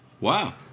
Wow